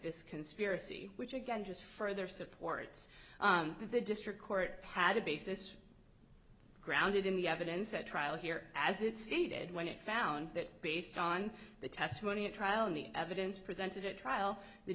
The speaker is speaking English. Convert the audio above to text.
this conspiracy which again just further supports the district court had a basis grounded in the evidence at trial here as it stated when it found that based on the testimony at trial and the evidence presented at trial the